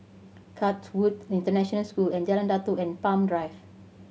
Chatsworth International School Jalan Datoh and Palm Drive